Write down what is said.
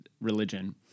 religion